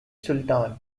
sultan